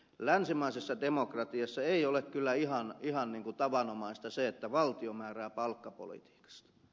länsimaisessa demokratiassa ei ole kyllä ihan tavanomaista se että valtio määrää palkkapolitiikasta